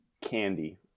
candy